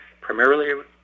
primarily